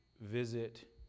visit